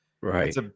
right